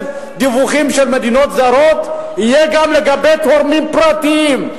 תרומה ממדינות זרות יהיה גם לגבי תורמים פרטיים.